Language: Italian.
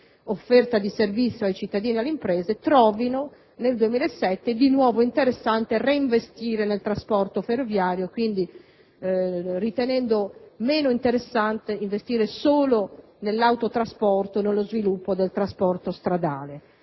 offerta di servizio ai cittadini e alle imprese, trovino nel 2007 di nuovo interessante reinvestirvi, ritenendo quindi meno interessante investire solo nell'autotrasporto e nello sviluppo del trasporto stradale.